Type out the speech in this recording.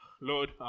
Lord